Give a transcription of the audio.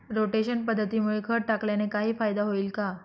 Rotation पद्धतीमुळे खत टाकल्याने काही फायदा होईल का?